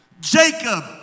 Jacob